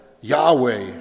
Yahweh